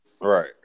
right